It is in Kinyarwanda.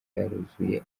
yaruzuye